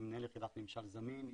מנהל יחידת ממשל זמין,